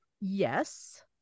Yes